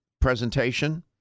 presentation